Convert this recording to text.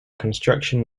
construction